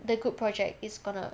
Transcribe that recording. the group project is gonna